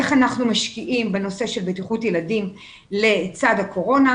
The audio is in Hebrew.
איך אנחנו משקיעים בנושא של בטיחות ילדים לצד הקורונה.